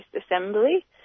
assembly